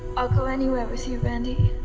i'll go anywhere with you, randy.